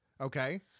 okay